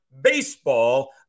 baseball